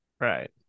Right